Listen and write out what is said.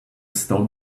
stole